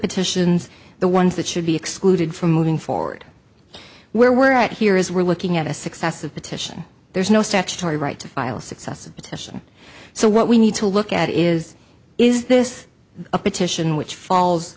petitions the ones that should be excluded from moving forward where we're at here is we're looking at a successive petition there's no statutory right to file successor petition so what we need to look at is is this a petition which falls